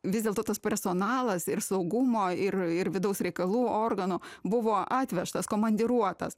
vis dėlto tas personalas ir saugumo ir ir vidaus reikalų organų buvo atvežtas komandiruotas